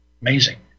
Amazing